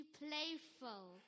playful